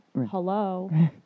hello